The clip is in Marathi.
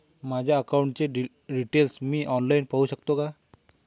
माझ्या अकाउंटचे डिटेल्स मी ऑनलाईन पाहू शकतो का?